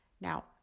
Now